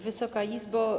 Wysoka Izbo!